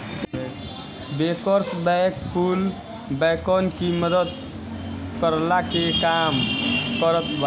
bankers bank कुल बैंकन की मदद करला के काम करत बाने